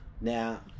now